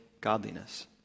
godliness